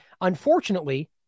unfortunately